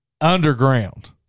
underground